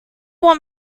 want